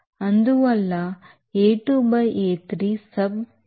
5 అనేది పాయింట్ 2 వద్ద cross sectional ప్రాంతం పాయింట్ 3లో సగం కాబట్టి మనం A2 by A3 ని 2